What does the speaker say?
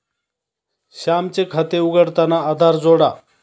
श्यामचे खाते उघडताना आधार जोडा